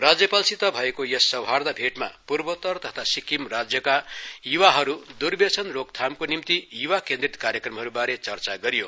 राज्यपालसित भएको यस सौहार्द भेटमा पूर्वोत्तर तथा सिक्किम राज्यका य्वाहरूमा द्वर्व्यसन रोकथामको निम्ति यूवा केन्द्रित कार्यक्रमहरूबारे चर्चा गरियो